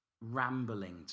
rambling